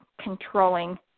controlling